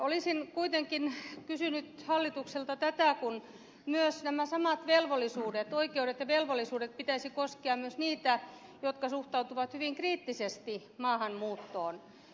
olisin kuitenkin kysynyt hallitukselta siitä kun näiden samojen oikeuksien ja velvollisuuksien pitäisi koskea myös niitä jotka suhtautuvat hyvin kriittisesti maahanmuuttoon